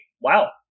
Wow